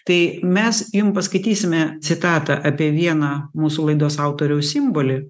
tai mes jum paskaitysime citatą apie vieną mūsų laidos autoriaus simbolį